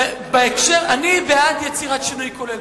אני בעד יצירת שינוי כולל,